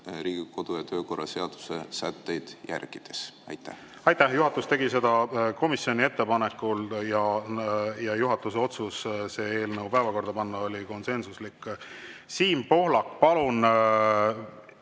kodu- ja töökorra seaduse sätteid järgides? Aitäh! Juhatus tegi seda komisjoni ettepanekul ja juhatuse otsus see eelnõu päevakorda panna oli konsensuslik. Siim Pohlak, palun,